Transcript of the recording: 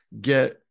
get